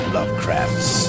Lovecraft's